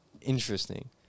interesting